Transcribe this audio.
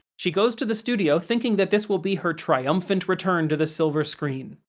she goes to the studio thinking that this will be her triumphant return to the silver screen.